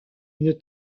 une